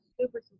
super